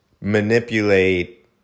manipulate